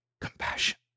Compassion